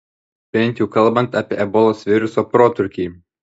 bent jau kalbant apie ebolos viruso protrūkį